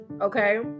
okay